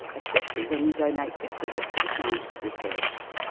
especially when we donate bits of it for scientific research.